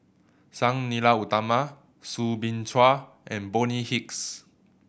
Sang Nila Utama Soo Bin Chua and Bonny Hicks